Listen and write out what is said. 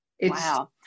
Wow